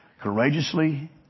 courageously